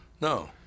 No